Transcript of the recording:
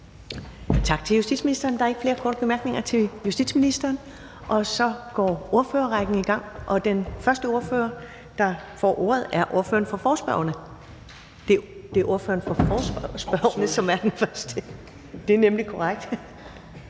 Tak til justitsministeren. Der er ikke flere korte bemærkninger til justitsministeren. Og så går ordførerrækken i gang, og den første ordfører, der får ordet, er ordføreren for forespørgerne, hr. Peter Skaarup, Dansk Folkeparti. Velkommen.